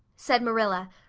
said marilla,